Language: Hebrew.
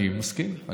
מסכים.